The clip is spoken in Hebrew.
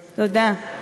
תודה.